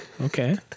okay